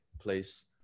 place